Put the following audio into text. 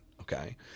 okay